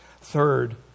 Third